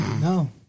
No